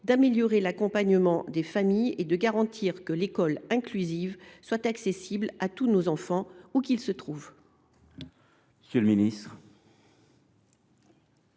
améliorerait l’accompagnement des familles et garantirait que l’école inclusive soit accessible à tous nos enfants, où qu’ils se trouvent.